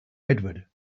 edward